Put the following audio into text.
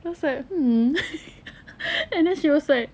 then I was like hmm and then she was like